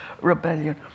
rebellion